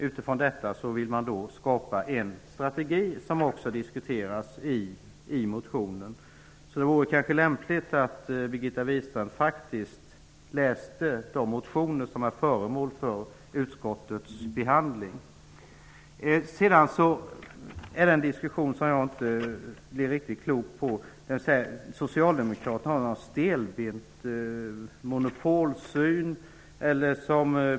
Utifrån detta vill socialdemokraterna skapa en strategi, vilket också diskuteras i motionen. Det vore kanske lämpligt att Birgitta Wistrand läste de motioner som är föremål för utskottets behandling. Det förs en diskussion som jag inte blir riktigt klok på. Det sägs att socialdemokraterna har en stelbent monopolsyn.